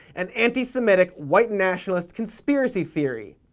an anti-semitic white nationalist conspiracy theory!